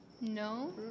No